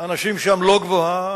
האנשים לא גבוהה,